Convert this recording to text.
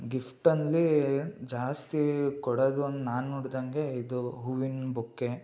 ಗಿಫ್ಟಲ್ಲಿ ಜಾಸ್ತಿ ಕೊಡೋದು ಅನ್ ನಾನು ನೋಡಿದಂಗೆ ಇದು ಹೂವಿನ ಬೊಕ್ಕೆ